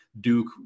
Duke